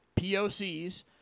POCs